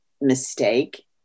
mistake